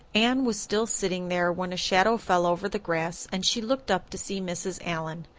anne was still sitting there when a shadow fell over the grass and she looked up to see mrs. allan.